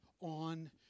on